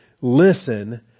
listen